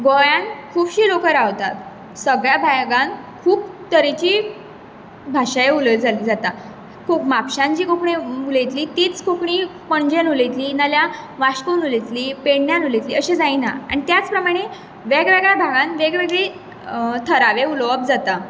गोंयांत खुबशीं लोकां रावतात सगळ्या भागांत खूब तरेची भाशाय उलय जाली जाता म्हापश्यांत जी कोंकणी उलयतलीं तीच कोंकणी पणजेन उलयतलीं ना जाल्यार वास्कोन उलयतलीं पेंडण्यांत उलयतलीं अशें जायना आनी त्याच प्रमाणे वेग वेगळ्या भागांत वेग वेगळी थळावें उलोवप जाता